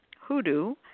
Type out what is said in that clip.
hoodoo